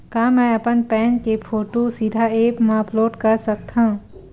का मैं अपन पैन के फोटू सीधा ऐप मा अपलोड कर सकथव?